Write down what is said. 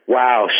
wow